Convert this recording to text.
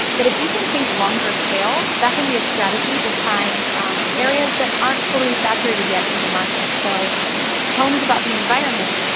but if you can think longer tail that can be a strategy to find areas that aren't totally saturated yet in the market. so poems about the environment.